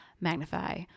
magnify